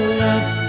love